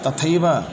तथैव